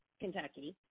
Kentucky